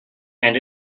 and